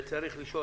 וצריך לשאול,